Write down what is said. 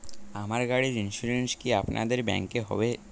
আমার গাড়ির ইন্সুরেন্স কি আপনাদের ব্যাংক এ হবে?